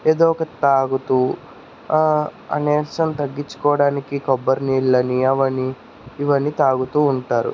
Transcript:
ఏదో ఒకటి తాగుతూ ఆ ఆ నీర్సం తగ్గించుకోవడానికి కొబ్బరినీళ్ళని అవని ఇవని తాగుతూ ఉంటారు